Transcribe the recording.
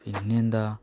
പിന്നെയെന്താ